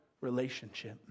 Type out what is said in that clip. relationship